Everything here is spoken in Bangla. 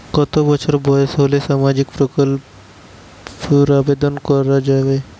কত বছর বয়স হলে সামাজিক প্রকল্পর আবেদন করযাবে?